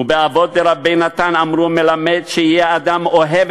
ובאבות דרבי נתן אמרו: "מלמד שיהא אדם אוהב